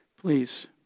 Please